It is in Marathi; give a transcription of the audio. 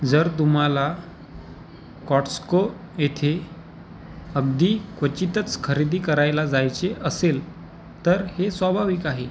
जर तुम्हाला कॉटस्को येथे अगदी क्वचितच खरेदी करायला जायचे असेल तर हे स्वाभाविक आहे